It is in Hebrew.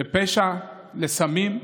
לפשע ולסמים.